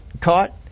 caught